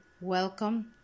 Welcome